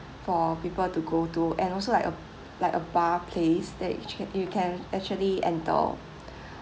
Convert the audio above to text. for people to go to and also like a like a bar place that you ca~ you can actually enter